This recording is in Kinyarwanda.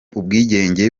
ubwigenge